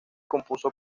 compuso